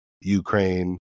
Ukraine